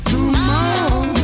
Tomorrow